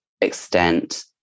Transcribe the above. extent